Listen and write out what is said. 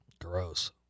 Gross